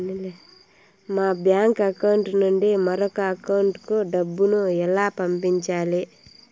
మా bank account నుండి మరొక అకౌంట్ కు డబ్బును ఎలా పంపించాలి